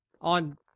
on